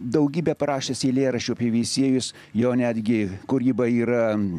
daugybę parašęs eilėraščių apie veisiejus jo netgi kūryba yra